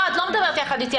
אל תדברי ביחד איתי.